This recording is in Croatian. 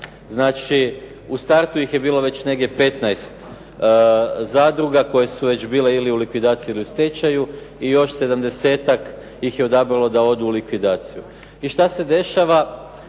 Znači, u startu ih je bilo već negdje 15 zadruga koje su već bile ili u likvidaciji ili u stečaju i još 70-tak ih je odabralo da odu u likvidaciju. I što se dešava?